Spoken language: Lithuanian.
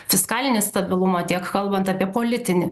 fiskalinį stabilumą tiek kalbant apie politinį